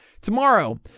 tomorrow